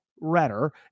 redder